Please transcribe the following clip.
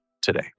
today